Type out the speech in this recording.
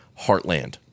Heartland